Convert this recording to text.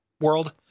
world